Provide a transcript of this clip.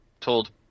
told